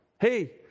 Hey